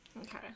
Okay